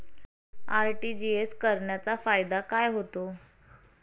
RTGS करण्याचा फायदा काय होतो?